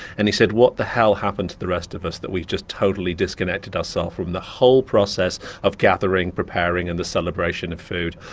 and he said, what the hell happened to the rest of us that we just totally disconnected ourselves from the whole process of gathering, preparing, and the celebration of food?